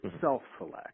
self-select